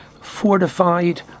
fortified